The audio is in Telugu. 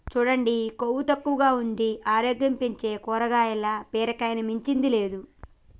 సూడండి కొవ్వు తక్కువగా ఉండి ఆరోగ్యం పెంచీ కాయగూరల్ల బీరకాయని మించింది లేదు